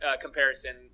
comparison